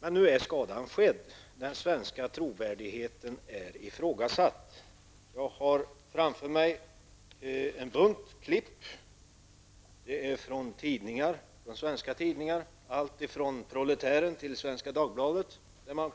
Men nu är skadan skedd -- den svenska trovärdigheten är ifrågasatt. Jag har framför mig en bunt klipp från svenska tidningar, allt ifrån Proletären till Svenska Dagbladet, där dessa